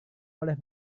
boleh